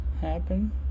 happen